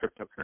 cryptocurrency